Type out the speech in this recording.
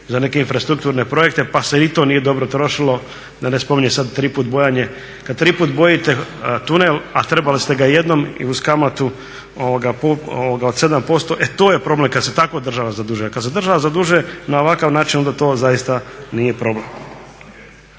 za neke infrastrukturne projekte pa se i to nije dobro trošilo da ne spominjem sada tri puta bojanje, kada tri puta bojite tunel a trebali ste ga jednom i uz kamatu od 7%. E to je problem kada se tako država zadužuje. A kada se država zadužuje na ovakav način onda to zaista nije problem.